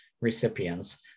recipients